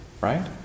right